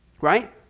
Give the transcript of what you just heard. right